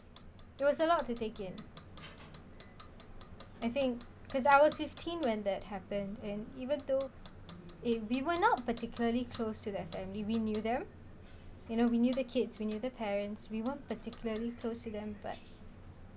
there was a lot to take in I think cause I was fifteen when that happened and even though if we were not particularly close to their family we knew them you know we knew the kids we knew the parents we won't particularly close to them but